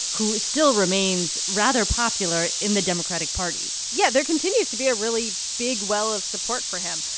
who still remains rather popular in the democratic party yeah, there continues to be a really big well of support for him.